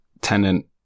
tenant